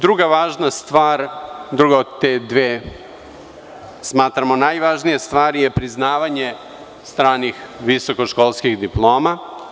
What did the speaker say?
Druga važna stvar, druga od te dve smatramo najvažnije stvari, je priznavanje stranih visokoškolskih diploma.